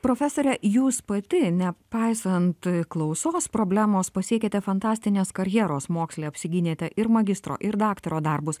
profesore jūs pati nepaisant klausos problemos pasiekėte fantastinės karjeros moksle apsigynėte ir magistro ir daktaro darbus